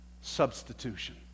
Substitution